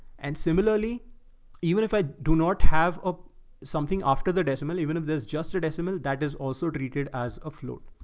and similarly even if i do not have ah something after the decimal, even if there's just a decimal that is also treated as a float.